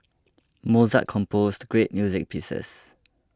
Mozart composed great music pieces